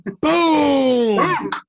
Boom